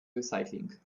recycling